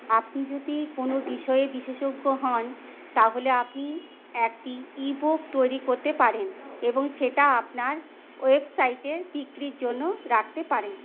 আপনি যদি কোনো বিষয়ে বিশেষজ্ঞ হন তাহলে আপনি একটি ই বুক তৈরি করতে পারেন এবং সেটা আপনার ওয়েবসাইটে বিক্রির জন্য রাখতে পারেন